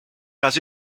does